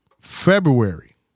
February